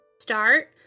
start